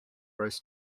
rose